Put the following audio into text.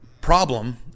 problem